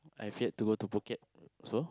I failed to go to Phuket so